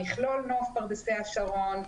מכלול נוף פרדסי השרון,